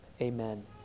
Amen